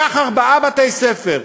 קח ארבעה בתי-ספר,